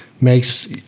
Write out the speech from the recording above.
makes